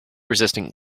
resistant